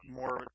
more